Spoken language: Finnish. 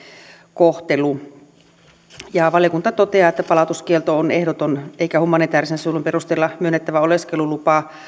kohtelu valiokunta toteaa että palautuskielto on ehdoton eikä humanitäärisen suojelun perusteella myönnettävää oleskelulupaa